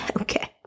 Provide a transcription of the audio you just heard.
okay